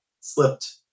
slipped